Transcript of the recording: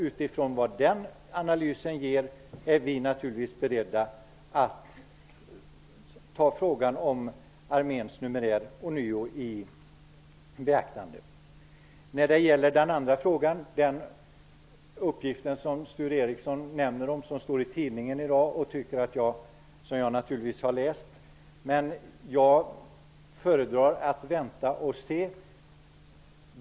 Utifrån vad den analysen ger är vi naturligtvis beredda att ånyo ta frågan om arméns numerär i beaktande. Sture Ericson refererade till en uppgift i tidningen i dag. Jag har naturligtvis också läst den artikeln. Jag föredrar dock att vänta och se.